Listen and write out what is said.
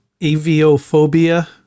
aviophobia